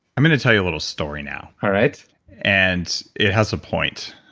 i'm going to tell you a little story now all right and it has a point,